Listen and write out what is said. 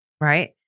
right